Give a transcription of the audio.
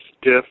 stiff